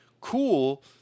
cool